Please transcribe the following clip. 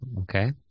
Okay